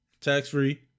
tax-free